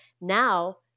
Now